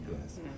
yes